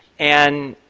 and